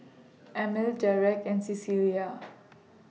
Emil Dereck and Cecilia